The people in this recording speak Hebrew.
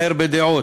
אחר בדעות,